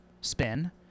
spin